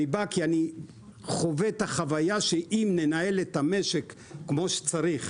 אני בא כי אני חווה את החוויה שאם ננהל את המשק כמו שצריך,